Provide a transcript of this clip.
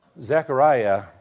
Zechariah